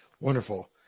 Wonderful